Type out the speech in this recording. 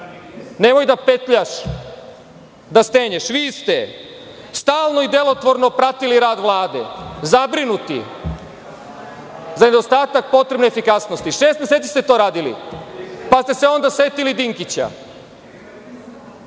Nemoj da petljaš, da stenješ. Vi ste stalno i delotvorno pratili rad Vlade, zabrinuti za nedostatak potrebne efikasnosti. Šest meseci ste to radili, pa ste se onda setili Dinkića.